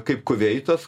kaip kuveitas